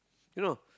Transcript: you know